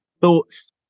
thoughts